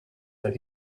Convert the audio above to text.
that